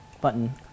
button